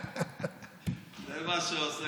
זה מה שעושים